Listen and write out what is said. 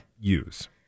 use